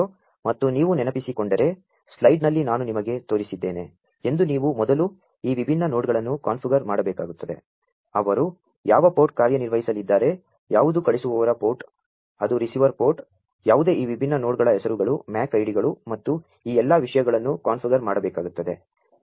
ಮತ್ತು ನೀ ವು ನೆನಪಿಸಿಕೊಂ ಡರೆ ಸ್ಲೈ ಡ್ನಲ್ಲಿ ನಾ ನು ನಿಮಗೆ ತೋ ರಿಸಿದ್ದೇ ನೆ ಎಂ ದು ನೀ ವು ಮೊದಲು ಈ ವಿಭಿನ್ನ ನೋ ಡ್ಗಳನ್ನು ಕಾ ನ್ಫಿಗರ್ ಮಾ ಡಬೇ ಕಾ ಗು ತ್ತದೆ ಅವರು ಯಾ ವ ಪೋ ರ್ಟ್ ಕಾ ರ್ಯ ನಿರ್ವ ಹಿಸಲಿದ್ದಾ ರೆ ಯಾ ವು ದು ಕಳು ಹಿಸು ವವರ ಪೋ ರ್ಟ್ ಅದು ರಿಸೀ ವರ್ ಪೋ ರ್ಟ್ ಯಾ ವು ದು ಈ ವಿಭಿನ್ನ ನೋ ಡ್ಗಳ ಹೆಸರು ಗಳು MAC ಐಡಿಗಳು ಮತ್ತು ಈ ಎಲ್ಲಾ ವಿಷಯಗಳನ್ನು ಕಾ ನ್ಫಿಗರ್ ಮಾ ಡಬೇ ಕಾ ಗು ತ್ತದೆ